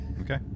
Okay